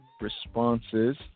Responses